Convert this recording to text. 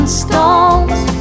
stones